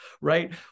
right